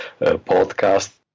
podcast